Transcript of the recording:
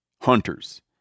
hunters